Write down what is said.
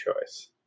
choice